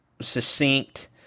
succinct